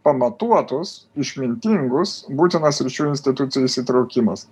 pamatuotus išmintingus būtinas sričių institucijų įsitraukimas